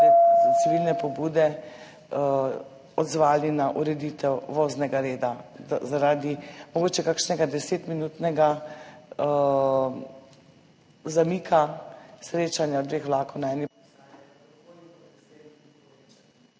civilne pobude odzvali na ureditev voznega reda zaradi, mogoče, kakšnega desetminutnega zamika srečanja dveh vlakov na eni